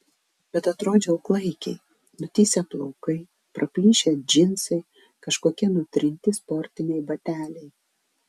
bet atrodžiau klaikiai nutįsę plaukai praplyšę džinsai kažkokie nutrinti sportiniai bateliai